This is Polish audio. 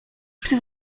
psy